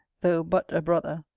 though but a brother,